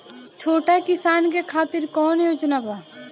छोटा किसान के खातिर कवन योजना बा?